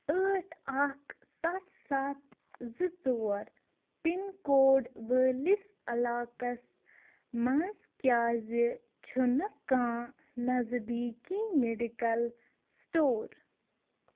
ٲٹھ اکھ سَتھ سَتھ زٕ ژور پِن کوڈ وٲلِس علاقس منٛز کیٛازِ چھُنہٕ کانٛہہ نزدیٖکی میڈیکل سٹور